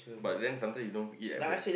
but then sometime you don't eat at home